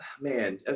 Man